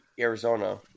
Arizona